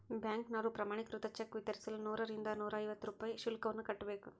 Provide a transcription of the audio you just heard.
ಬ್ಯಾಂಕಿನವರು ಪ್ರಮಾಣೀಕೃತ ಚೆಕ್ ವಿತರಿಸಲು ನೂರರಿಂದ ನೂರೈವತ್ತು ರೂಪಾಯಿ ಶುಲ್ಕವನ್ನು ಕಟ್ಟಬೇಕು